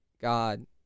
God